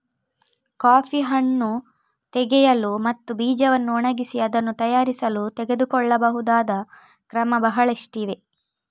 coffee ಹಣ್ಣು ತೆಗೆಯಲು ಮತ್ತು ಬೀಜವನ್ನು ಒಣಗಿಸಿ ಅದನ್ನು ತಯಾರಿಸಲು ತೆಗೆದುಕೊಳ್ಳಬಹುದಾದ ಕ್ರಮ ಬಹಳಷ್ಟಿವೆ